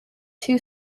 two